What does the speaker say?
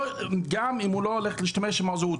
גם אם הוא לא הולך להשתמש עם זהות,